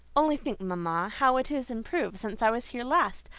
only think, mama, how it is improved since i was here last!